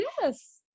Yes